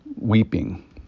weeping